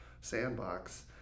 Sandbox